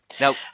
now